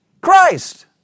Christ